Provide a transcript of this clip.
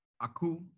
Aku